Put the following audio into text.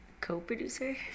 co-producer